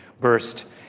burst